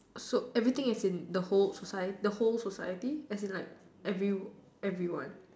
so everything as in the whole society the whole society as in like every everyone